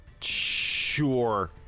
sure